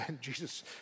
Jesus